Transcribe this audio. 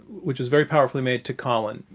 which is very powerfully made to colin.